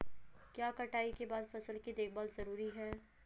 क्या कटाई के बाद फसल की देखभाल जरूरी है?